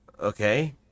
Okay